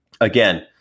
Again